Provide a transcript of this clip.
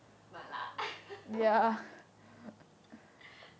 mala